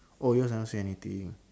oh yours never say anything